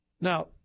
Now